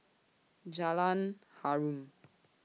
Jalan Harum